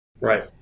Right